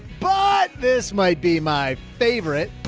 but this might be my. favorite